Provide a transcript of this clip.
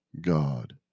God